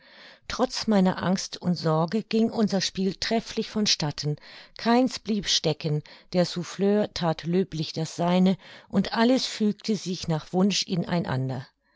trotz meiner angst und sorge ging unser spiel trefflich von statten keins blieb stecken der souffleur that löblich das seine und alles fügte sich nach wunsch in einander